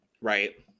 Right